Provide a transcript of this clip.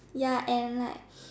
ya and like